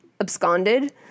absconded